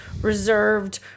reserved